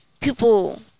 people